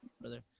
brother